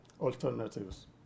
alternatives